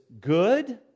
good